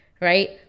right